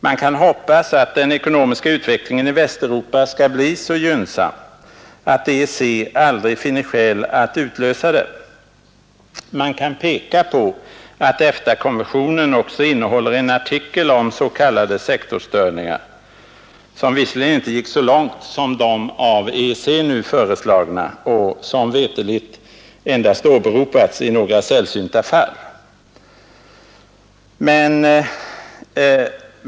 Man kan hoppas att den ekonomiska utvecklingen i Västeuropa skall bli så gynnsam att EEC aldrig finner skäl att utlösa dem. Man kan peka på att EFTA-konventionen också innehåller en artikel om s.k. sektorstörningar, som visserligen inte gick så långt som de av EEC nu föreslagna och som veterligt endast åberopats i några sällsynta fall.